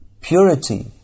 purity